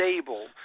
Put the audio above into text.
stable